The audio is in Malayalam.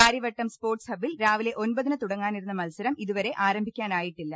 കാര്യവട്ടം സ് പോർടസ് ഹബിൽ രാവിലെ ഒൻപതിന് തുടങ്ങാനിരുന്ന മത്സരം ഇതു വരെ ആരംഭിക്കാനായിട്ടില്ല